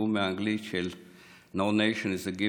תרגום מאנגלית של No nation is ever